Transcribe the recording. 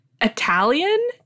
Italian